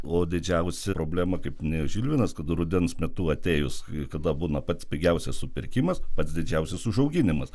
o didžiausia problema kaip žilvinas kada rudens metu atėjus kada būna pats pigiausias supirkimas pats didžiausias užauginamas